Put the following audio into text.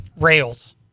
Rails